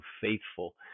faithful